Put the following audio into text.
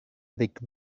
avec